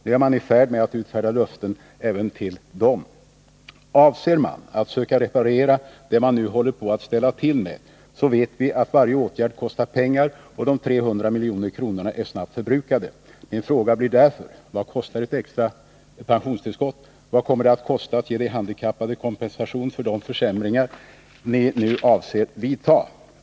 Nu är man i färd med att utfärda löften även till dem. Avser man att söka reparera det man nu håller på att ställa till med, så vet vi att varje åtgärd kostar pengar, och de 300 milj.kr. är snabbt förbrukade. Mina frågor blir därför: Vad kostar ett extra pensionstillskott? Vad kommer det att kosta att ge de handikappade kompensation för de försämringar ni avser att vidta?